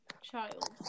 Child